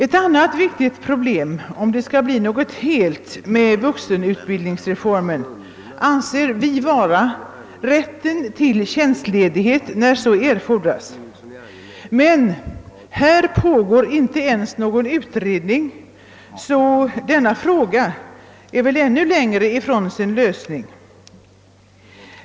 Ett annat viktigt problem, som måste lösas om det skall bli något helt med vuxenutbildningsreformen, anser vi vara rätten till tjänstledighet när så erfordras. Härvidlag pågår inte ens någon utredning, så denna fråga är väl ännu längre från sin lösning än den förstnämnda.